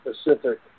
specific